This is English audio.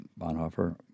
Bonhoeffer